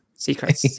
Secrets